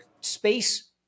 space